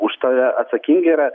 už tave atsakingi yra